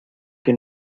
que